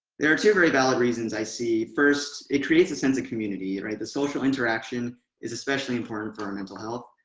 there are two very valid reasons i see. first, it creates a sense of community, right? the social interaction is especially important for our mental health.